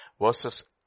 verses